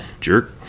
jerk